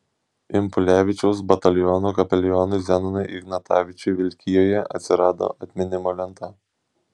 impulevičiaus batalionų kapelionui zenonui ignatavičiui vilkijoje atsirado atminimo lenta